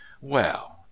Well